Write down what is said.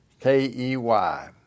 K-E-Y